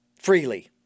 freely